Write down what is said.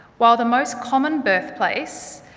while the most common birthplace